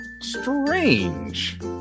strange